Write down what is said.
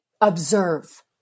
Observe